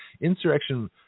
Insurrection